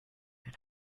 into